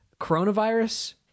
coronavirus